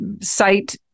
site